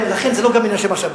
לכן זה גם לא עניין של משאבים.